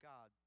God